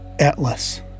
Atlas